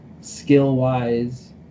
skill-wise